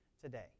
today